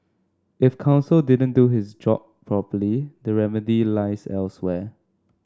if counsel didn't do his job properly the remedy lies elsewhere